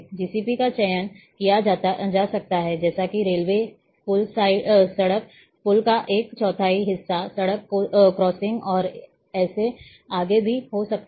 GCP का चयन किया जा सकता है जैसा कि रेलवे पुल सड़क पुल का एक चौथाई हिस्सा सड़क क्रॉसिंग और ऐसे आगे भी हो सकता है